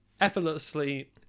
effortlessly